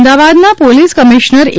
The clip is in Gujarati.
અમદાવાદના પોલીસ કમિશનર એ